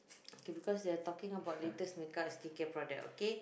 because they are talking about latest makeup and skincare product okay